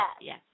yes